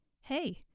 hey